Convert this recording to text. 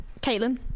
Caitlin